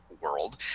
world